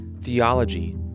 theology